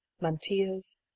mantillas